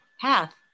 path